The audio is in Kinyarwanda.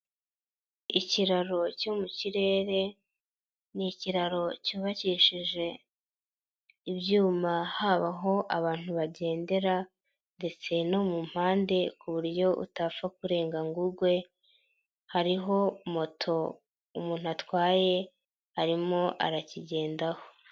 Ikiraro cyo mu kirere, ni ikiraro cyubakishije, ibyuma habaho abantu bagendera, ndetse no mu mpande ku buryo utapfa kurenga ngo ugwe, hariho moto umuntu atwaye, arimo arakigendaho.